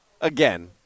again